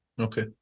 okay